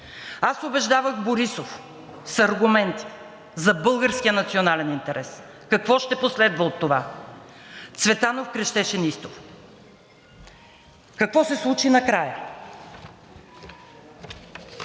Убеждавах Борисов с аргументи за българския национален интерес, какво ще последва от това. Цветанов крещеше неистово. Какво се случи накрая?